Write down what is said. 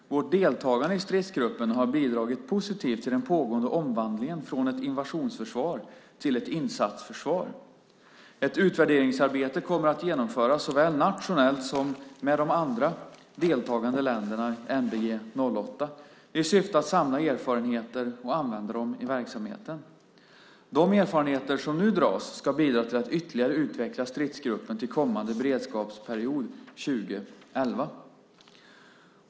Vårt deltagande i stridsgruppen har bidragit positivt till den pågående omställningen från ett invasionsförsvar till ett insatsförsvar. Ett utvärderingsarbete kommer att genomföras såväl nationellt som med de övriga deltagande länderna i NBG 08, i syfte att samla erfarenheter och använda dem i verksamheten. De erfarenheter som nu dras ska bidra till att ytterligare utveckla stridsgruppen till kommande beredskapsperiod år 2011.